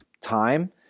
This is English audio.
time